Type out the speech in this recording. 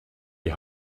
die